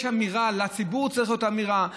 יש אמירה, לציבור צריכה להיות אמירה.